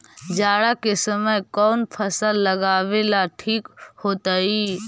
जाड़ा के समय कौन फसल लगावेला ठिक होतइ?